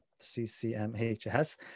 CCMHS